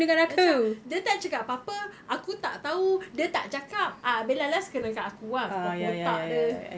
macam dia tak cakap apa-apa aku tak tahu dia tak cakap ah abeh last last kena kat aku ah kepala otak dia